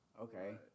Okay